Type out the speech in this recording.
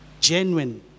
genuine